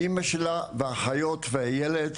אמא שלה והאחיות והילד,